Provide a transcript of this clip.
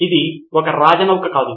ఇది ఒక రాజ నౌక కాదు